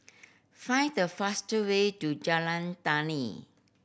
find the faster way to Jalan Tani